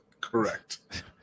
Correct